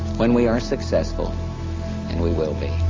when we are successful and we will be,